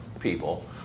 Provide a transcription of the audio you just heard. people